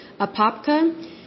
Apopka